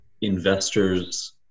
investors